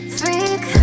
freak